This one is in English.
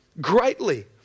Greatly